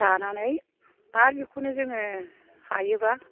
दानानै आरो बेखौनो जोङो हायोबा